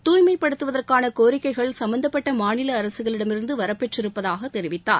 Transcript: துய்மைப்படுத்துவதற்கான கோரிக்கைகள் சம்மந்தப்ட்ட மாநில அரசுகளிடமிருந்து வரபெற்று இருப்பதாக தெரிவித்தார்